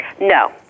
No